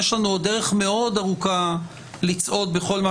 יש לנו עוד דרך מאוד ארוכה לצעוד בכל מה